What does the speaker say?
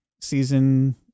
season